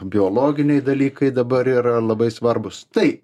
biologiniai dalykai dabar yra labai svarbūs tai